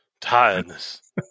tiredness